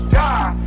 die